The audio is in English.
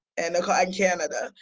and canada,